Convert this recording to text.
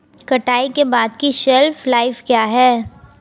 कटाई के बाद की शेल्फ लाइफ क्या है?